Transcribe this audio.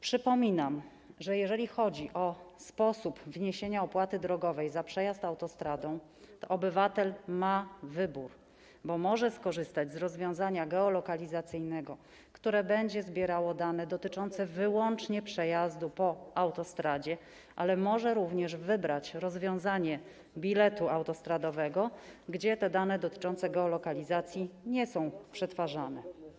Przypominam, że jeżeli chodzi o sposób wniesienia opłaty drogowej za przejazd autostradą, to obywatel ma wybór, bo może skorzystać z rozwiązania geolokalizacyjnego, w ramach którego będą zbierane dane dotyczące wyłącznie przejazdu po autostradzie, ale może również wybrać rozwiązanie, jakim jest bilet autostradowy, w ramach którego te dane dotyczące geolokalizacji nie są przetwarzane.